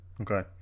Okay